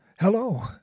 Hello